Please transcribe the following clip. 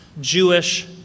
Jewish